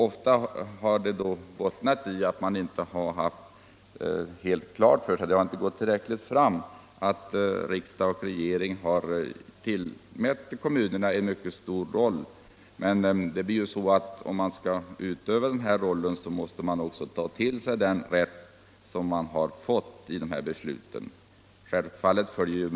Ofta har den uppfattningen bottnat i att det inte riktigt har gått fram att riksdag och regering har tilldelat kommunerna en mycket stor roll. Men om de skall kunna spela sin roll måste de också använda sig av den rätt som de har fått genom beslutet.